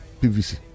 PVC